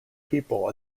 people